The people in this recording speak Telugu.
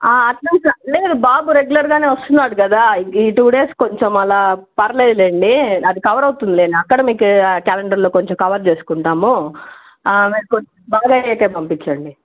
అటెండెన్స్ లేదు బాబు రెగ్యులర్గానే వస్తున్నాడు కదా ఈ టు డేస్ కొంచెం అలా పర్లేదులెండి అది కవర్ అవుతుందిలే అకాడమిక్ క్యాలెండర్లో కొంచెం కవర్ చేసుకుంటాము మీరు కో బాగు అయ్యాకే పంపించండి